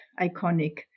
iconic